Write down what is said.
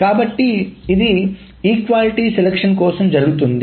కాబట్టి ఇది సమానత్వ ఎంపిక కోసం జరుగుతుంది